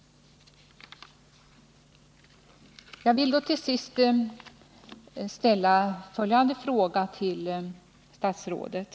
Jag vill till sist ställa ytterligare en fråga till statsrådet.